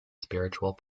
spiritual